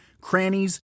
crannies